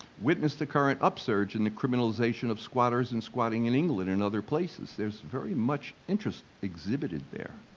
witness the current upsurge in the criminalization of squatters and squatting in england in other places, there's very much interest exhibited there.